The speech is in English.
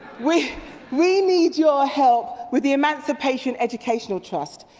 we we need your help with the emancipation educational trust,